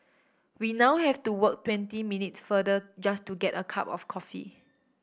we now have to walk twenty minutes farther just to get a cup of coffee